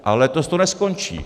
A letos to neskončí.